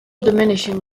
diminishing